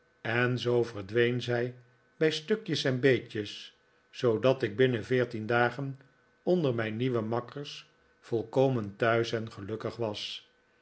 en zoo verdween zij bij stukjes en beetjes zoodat ik binnen veertien dagen onder mijn nieuwe makkers volkomen thuis en gelukkig was